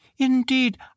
Indeed